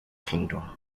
kingdom